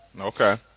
Okay